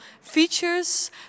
features